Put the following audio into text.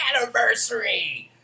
anniversary